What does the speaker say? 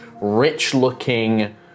rich-looking